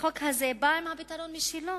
והחוק הזה בא עם פתרון משלו,